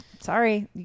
sorry